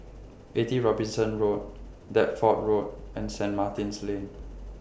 eighty Robinson Road Deptford Road and Saint Martin's Lane